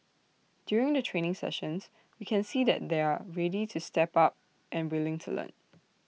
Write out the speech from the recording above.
during the training sessions we can see that they're ready to step up and willing to learn